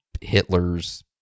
Hitler's